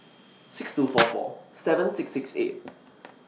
six two four four seven six six eight